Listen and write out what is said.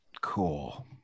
Cool